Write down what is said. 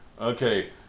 Okay